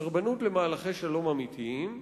סרבנות למהלכי שלום אמיתיים,